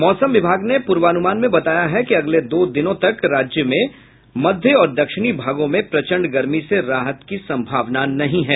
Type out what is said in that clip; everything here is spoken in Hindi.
मौसम विभाग के पूर्वानुमान में बताया गया है कि अगले दो दिनों तक राज्य के मध्य और दक्षिणी भागों में प्रखंड गर्मी से राहत की संभावना नहीं है